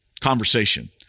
conversation